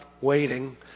waiting